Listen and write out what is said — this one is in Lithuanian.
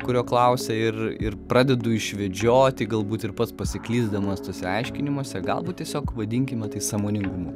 kurio klausia ir ir pradedu išvedžioti galbūt ir pats pasiklysdamas tuose aiškinimuose galbūt tiesiog vadinkime tai sąmoningumu